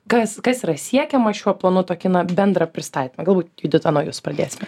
kas kas yra siekiama šiuo planu tokį na bendrą pristatymą galbūt judita nuo jūsų pradėsime